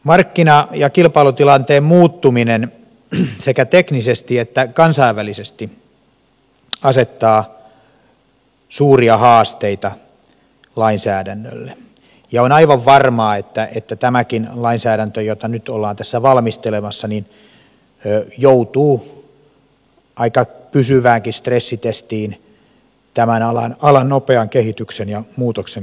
markkina ja kilpailutilanteen muuttuminen sekä teknisesti että kansainvälisesti asettaa suuria haasteita lainsäädännölle ja on aivan varmaa että tämäkin lainsäädäntö jota nyt ollaan tässä valmistelemassa joutuu aika pysyväänkin stressitestiin tämän alan nopean kehityksen ja muutoksen myötä